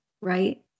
right